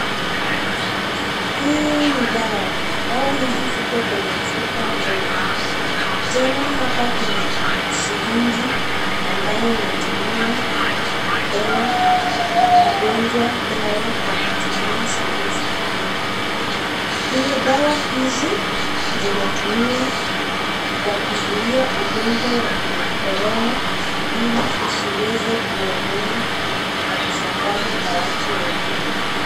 Hii ni dawa, dawa hizi ziko kwenye chupa ndogo tena hapa kuna sireji ambayo inatumiwa kupewa mgonjwa dawa kwa kutumia sireji hii, dawa hizi zinatumiwa kwa kuzuia ugonjwa wa corona ili usiweze kuenea na kusambazwa kwa watu wengine.